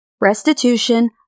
restitution